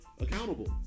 accountable